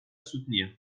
soutenir